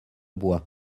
bois